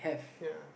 ya